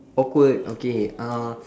awkward okay uh